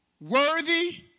worthy